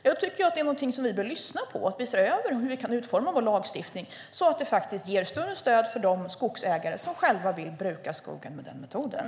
Det tycker jag att vi bör lyssna på och se över hur vi kan utforma vår lagstiftning så att den ger större stöd för de skogsägare som vill bruka skogen med den metoden.